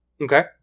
Okay